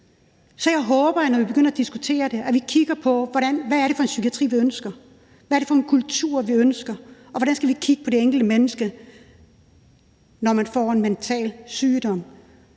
Så jeg håber – når vi begynder at diskutere det – at vi kigger på, hvad det er for en psykiatri, vi ønsker. Hvad er det for en kultur, vi ønsker, og hvordan skal vi kigge på det enkelte menneske, når det får en mental sygdom